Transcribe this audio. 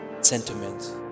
Sentiments